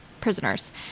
prisoners